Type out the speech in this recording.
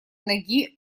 ноги